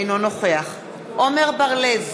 אינו נוכח עמר בר-לב,